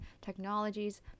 technologies